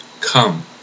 come